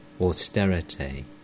austerity